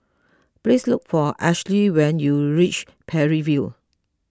please look for Ashely when you reach Parry View